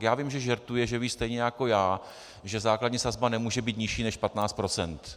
Já vím, že žertuje, že ví stejně jako já, že základní sazba nemůže být nižší než 15 %.